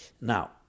Now